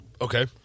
Okay